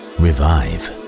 revive